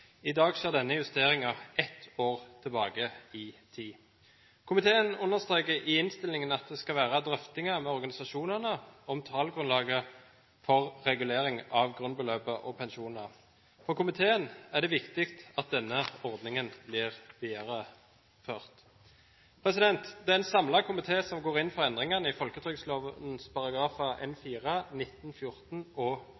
I dag skjer denne justeringen ett år tilbake i tid. Komiteen understreker i innstillingen at det skal være drøftinger med organisasjonene om tallgrunnlaget for regulering av grunnbeløp og pensjoner. For komiteen er det viktig at denne ordningen blir videreført. Det er en samlet komité som går inn for endringene i